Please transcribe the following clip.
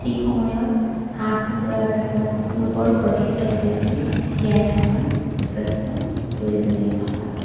ঠিক সময়ত হাঁহি কুকুৰাজাকক ৰোগৰ প্ৰতিষেধক বেজী দিয়াই থকাৰ যথেষ্ট প্ৰয়োজনীয়তা আছে